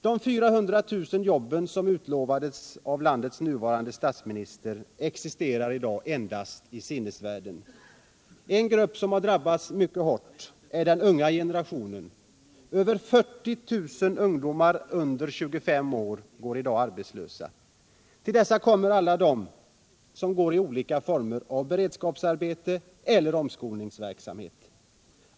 De 400 000 nya jobben, som utlovades av landets nuvarande statsminister, existerar inte i sinnevärlden. En grupp som har drabbats mycket hårt är den unga generationen. Över 40 000 ungdomar under 25 år går arbetslösa. Till dessa kommer alla de som deltar i olika former av beredskapsarbete eller omskolningsverksamhet.